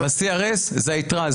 ב-CRS זה היתרה.